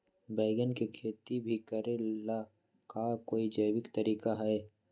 बैंगन के खेती भी करे ला का कोई जैविक तरीका है?